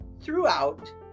throughout